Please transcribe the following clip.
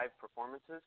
performances